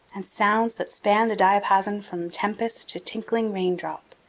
and sounds that span the diapason from tempest to tinkling raindrop,